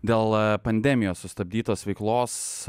dėl pandemijos sustabdytos veiklos